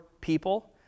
people